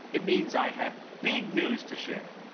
it means i have big news to share.